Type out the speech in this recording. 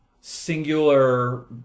singular